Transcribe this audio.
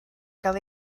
gael